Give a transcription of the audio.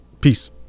Peace